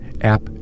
app